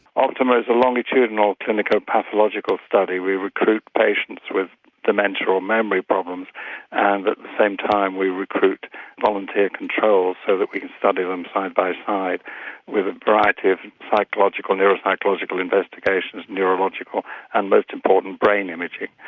optima is a longitudinal clinical pathological study, we recruit patients with dementia or memory problems and at the same time we recruit volunteer controls so that we can study them side by side with a variety of psychological, neuropsychological investigations, neurological and most important brain imaging.